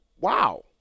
Wow